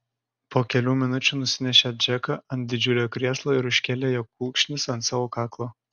po kelių minučių nusinešė džeką ant didžiulio krėslo ir užkėlė jo kulkšnis ant savo kaklo